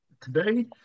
today